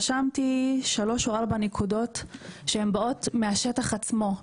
אני רשמתי שלוש או ארבע נקודות שהן באות מהשטח עצמו,